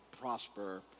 prosper